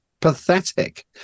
pathetic